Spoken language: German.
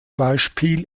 beispiel